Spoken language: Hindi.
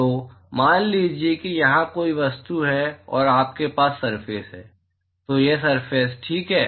तो मान लीजिए कि यहां कोई वस्तु है और आपके पास सरफेस है तो यह सरफेस ठीक है